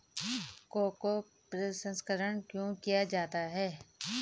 Cocoa प्रसंस्करण क्यों किया जाता है?